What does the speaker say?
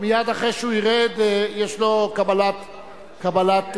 מייד אחרי שהוא ירד יש לו קבלת קהל.